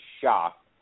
shocked